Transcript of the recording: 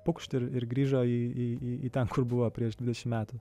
pukšt ir ir grįžo į į ten kur buvo prieš dvidešimt metų